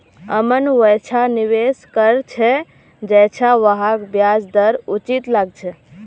अमन वैछा निवेश कर छ जैछा वहाक ब्याज दर उचित लागछे